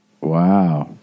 Wow